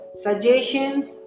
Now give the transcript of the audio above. suggestions